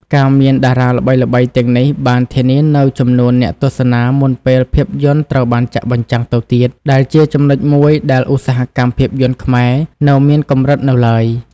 ការមានតារាល្បីៗទាំងនេះបានធានានូវចំនួនអ្នកទស្សនាមុនពេលភាពយន្តត្រូវបានចាក់បញ្ចាំងទៅទៀត ដែលជាចំណុចមួយដែលឧស្សាហកម្មភាពយន្តខ្មែរនៅមានកម្រិតនៅឡើយ។